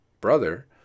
brother